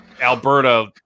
Alberta